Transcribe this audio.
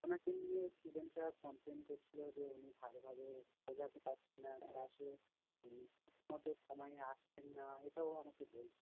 ওনাকে নিয়ে স্টুডেন্টরা কমপ্লেন করছিলো যে উনি ভালোভাবে বোঝাতে পারছেন না ক্লাসে ঠিক মতো সময়ে আসছেন না এটাও আমাকে বলছিলো